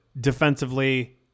defensively